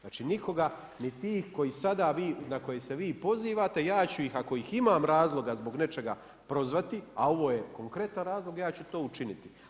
Nikoga, ni tih koji sada vi, na koji se vi pozivate, ja ću ih ako i imam razloga zbog nečega prozvati, a ovo je konkretan razlog, ja ću to učiniti.